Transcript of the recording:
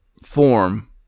form